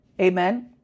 Amen